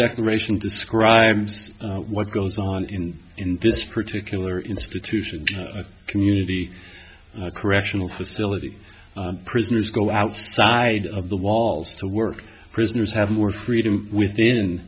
declaration describes what goes on in this particular institution community correctional facility prisoners go outside of the walls to work prisoners have more freedom within